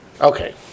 okay